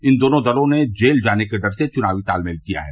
इन दोनों दलों ने जेल जाने के डर से चुनावी तालमेल किया है